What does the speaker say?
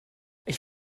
ich